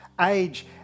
age